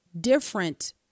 different